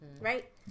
right